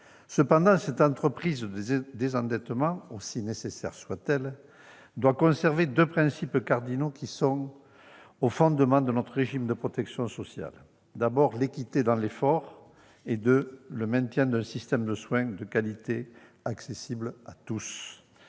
Cependant, cette entreprise de désendettement, aussi nécessaire soit-elle, doit conserver deux principes cardinaux qui sont au fondement de notre régime de protection sociale : l'équité dans l'effort et le maintien d'un système de soins de qualité accessible à tous.